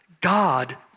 God